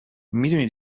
میدونی